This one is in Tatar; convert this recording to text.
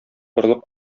борылып